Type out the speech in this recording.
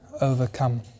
overcome